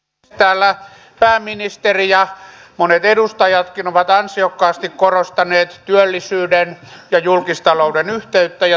täällä pääministeri ja monet edustajatkin ovat ansiokkaasti korostaneet työllisyyden ja julkistalouden yhteyttä ja työllisyystavoitetta